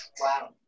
Wow